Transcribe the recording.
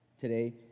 today